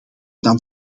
dan